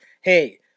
hey